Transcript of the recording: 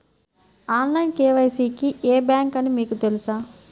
Online KYC కి ఏ bank అని మీకు తెలుసా?